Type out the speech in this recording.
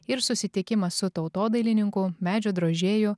ir susitikimas su tautodailininku medžio drožėju